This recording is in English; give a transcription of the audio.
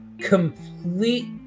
complete